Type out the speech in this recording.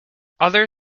other